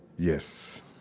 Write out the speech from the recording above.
yes.